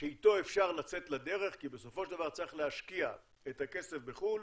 שאיתו אפשר לצאת לדרך כי בסופו של דבר צריך להשקיע את הכסף בחו"ל